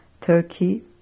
Turkey